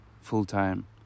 full-time